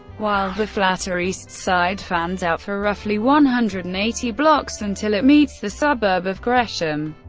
while the flatter east side fans out for roughly one hundred and eighty blocks until it meets the suburb of gresham.